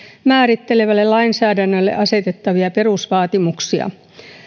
määrittelevälle lainsäädännölle asetettavia perusvaatimuksia